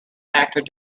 factor